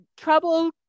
trouble